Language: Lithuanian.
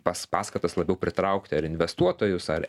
pas paskatas labiau pritraukti ar investuotojus ar